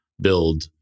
build